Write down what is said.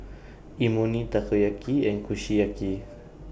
Imoni Takoyaki and Kushiyaki